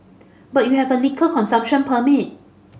but you have a liquor consumption permit